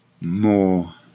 more